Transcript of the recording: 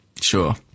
Sure